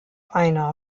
einer